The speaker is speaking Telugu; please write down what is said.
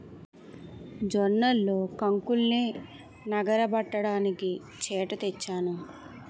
జొన్నల్లో కొంకుల్నె నగరబడ్డానికి చేట తెచ్చాను